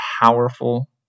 powerful